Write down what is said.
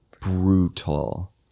Brutal